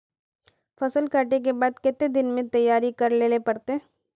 फसल कांटे के बाद कते दिन में तैयारी कर लेले पड़ते?